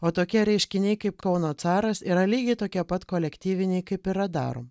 o tokie reiškiniai kaip kauno caras yra lygiai tokie pat kolektyviniai kaip ir radarom